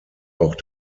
auch